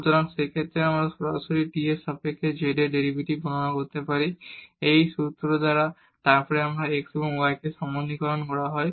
সুতরাং সেই ক্ষেত্রে আমরা সরাসরি t এর সাপেক্ষে z এর ডেরিভেটিভ গণনা করতে পারি এই সূত্র দ্বারা এবং তারপর এই যে x এবং y এই এক সরলকরন হয়